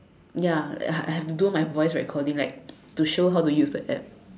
ya I I have to do my voice recording like to show how to use the App